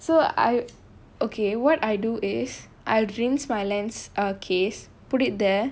so I okay what I do is I'll rinse my lens uh case put it there